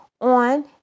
on